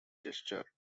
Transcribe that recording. gesture